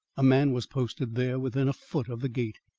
a man was posted there within a foot of the gate.